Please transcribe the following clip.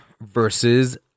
versus